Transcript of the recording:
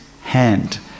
hand